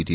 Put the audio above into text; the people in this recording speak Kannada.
ಟಿ